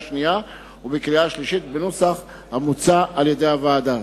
שנייה ובקריאה שלישית בנוסח המוצע על-ידי הוועדה.